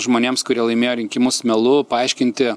žmonėms kurie laimėjo rinkimus melu paaiškinti